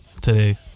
today